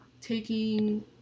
taking